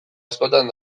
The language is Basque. askotan